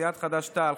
סיעת חד"ש-תע"ל,